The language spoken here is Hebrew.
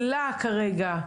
כמה התוספת.